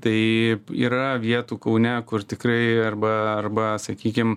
tai yra vietų kaune kur tikrai arba arba sakykim